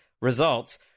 results